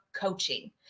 coaching